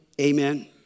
amen